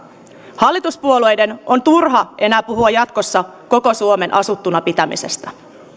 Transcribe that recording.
hallituspuolueiden on turha jatkossa puhua koko suomen asuttuna pitämisestä